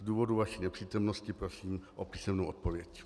Z důvodu vaší nepřítomnosti prosím o písemnou odpověď.